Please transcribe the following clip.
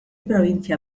probintzia